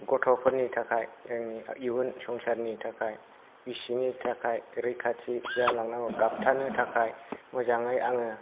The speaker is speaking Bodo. गथ'फोरनि थाखाय जोंनि इयुन संसारनि थाखाय बिसिनि थाखाय रैखाथि जालांनांगौ गाबथानो थाखाय मोजाङै आङो